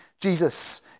Jesus